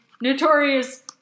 notorious